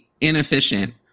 inefficient